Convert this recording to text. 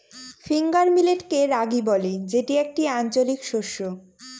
finger মিলেটকে রাগি বলে যেটি একটি আঞ্চলিক শস্য